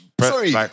Sorry